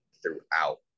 throughout